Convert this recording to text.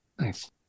Nice